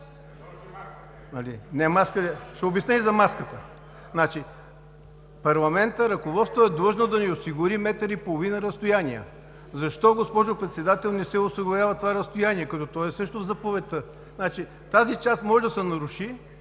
ПАУНОВ: Ще обясня и за маската. Парламентът – ръководството е длъжно да ни осигури метър и половина разстояние. Защо, госпожо Председател, не се осигурява това разстояние, като то също е в заповедта?! Значи тази част може да се наруши!